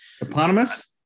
Eponymous